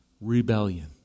rebellion